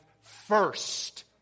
first